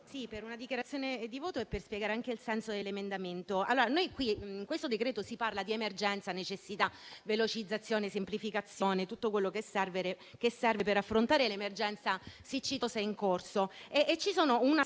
in dichiarazione di voto per spiegare anche il senso dell'emendamento. In questo decreto si parla di emergenza, necessità, velocizzazione, semplificazione e di tutto quello che serve per affrontare l'emergenza siccitosa in corso.